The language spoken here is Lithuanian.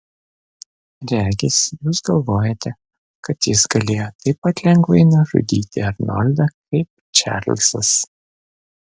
regis jūs galvojate kad jis galėjo taip pat lengvai nužudyti arnoldą kaip čarlzas